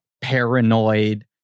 paranoid